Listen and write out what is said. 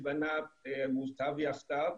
'מוטב יחדיו',